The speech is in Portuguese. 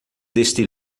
deste